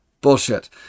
Bullshit